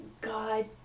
God